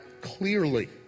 clearly